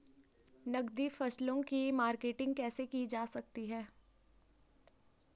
नकदी फसलों की मार्केटिंग कैसे की जा सकती है?